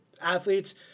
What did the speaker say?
athletes